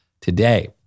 today